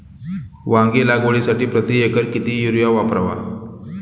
वांगी लागवडीसाठी प्रति एकर किती युरिया वापरावा?